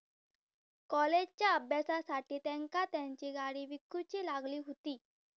कॉलेजच्या अभ्यासासाठी तेंका तेंची गाडी विकूची लागली हुती